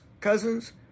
cousins